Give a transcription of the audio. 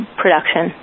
production